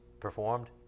performed